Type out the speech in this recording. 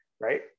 right